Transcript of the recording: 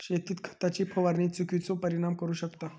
शेतीत खताची फवारणी चुकिचो परिणाम करू शकता